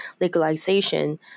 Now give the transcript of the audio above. legalization